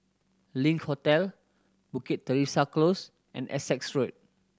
Link Hotel Bukit Teresa Close and Essex Road